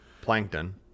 Plankton